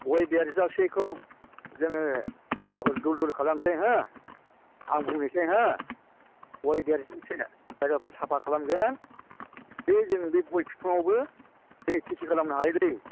गय देरजासेखौ जोङो जायगाखौ दुल दुल खालामसै हो आं बुंनिसै हो गय देरजासे जायगाखौ साफा खालामगोन बे जोङो बे गय बिफांआवबो खेथि खालामनो हायो लै